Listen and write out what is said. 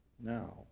now